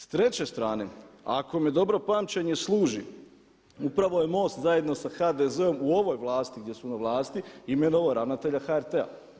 S treće strane, ako me dobro pamćenje služi upravo je MOST zajedno sa HDZ-om u ovoj vlasti gdje su na vlasti imenovao ravnatelja HRT-a.